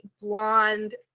blonde